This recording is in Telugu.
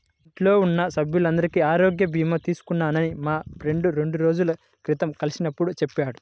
ఇంట్లో ఉన్న సభ్యులందరికీ ఆరోగ్య భీమా తీసుకున్నానని మా ఫ్రెండు రెండు రోజుల క్రితం కలిసినప్పుడు చెప్పాడు